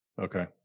okay